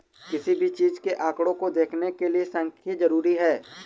किसी भी चीज के आंकडों को देखने के लिये सांख्यिकी जरूरी हैं